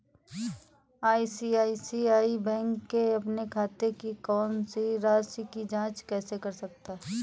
मैं ICICI bank के अपने खाते की शेष राशि की जाँच कैसे कर सकता हूँ?